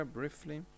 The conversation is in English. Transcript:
briefly